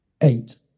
Eight